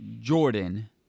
Jordan